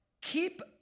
keep